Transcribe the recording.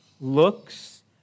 looks